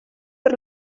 per